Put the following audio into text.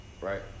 right